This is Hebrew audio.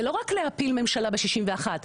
זה לא רק להפיל ממשלה ב-61,